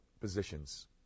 positions